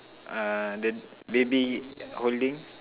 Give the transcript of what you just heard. uh that baby holding